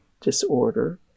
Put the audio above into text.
disorder